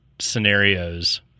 Scenarios